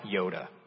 Yoda